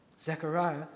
Zechariah